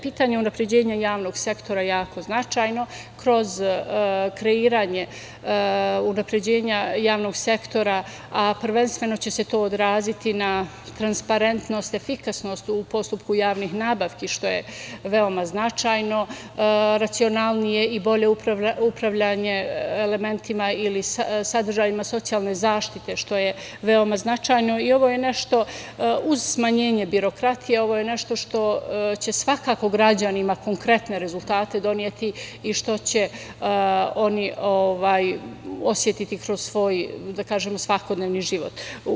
Pitanje unapređenja javnog sektora je jako značajno kroz kreiranje unapređenja javnog sektora, a prvenstveno će se to odraziti na transparentnost, efikasnost u postupku javnih nabavki, što je veoma značajno, racionalnije i bolje upravljanje elementima ili sadržajima socijalne zaštite, što je veoma značajno i uz smanjenje birokratije, ovo je nešto što će svakako građanima konkretne rezultate doneti i što će oni osetiti kroz svoj svakodnevni život.